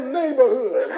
neighborhood